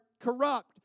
corrupt